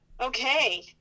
Okay